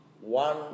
one